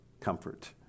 comfort